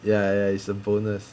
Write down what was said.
ya ya it's a bonus